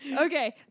Okay